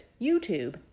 YouTube